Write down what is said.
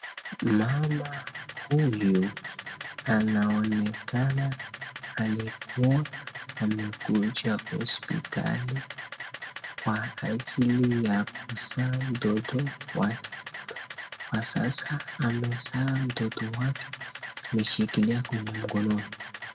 Mama huyu anaonekana alikuwa amekuja hospitali kwa ajili ya kuzaa mtoto wake. Kwa sasa amezaa mtoto wake, ameshikilia kwenye mkono wake.